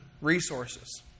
resources